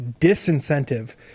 disincentive